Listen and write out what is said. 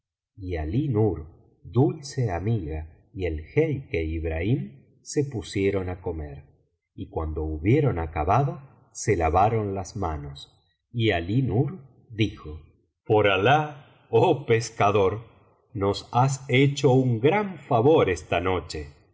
y alí nur dulce amiga y el jeique ibrahim se pusieron á comer y cuando hubieron acabado se lavaron las manos y alí nur dijo por alah oh pescador nos has hecho un gran favor esta noche